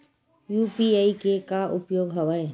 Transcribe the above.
UPI के का उपयोग हवय?